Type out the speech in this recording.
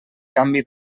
canvi